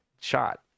shot